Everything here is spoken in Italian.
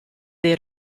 dei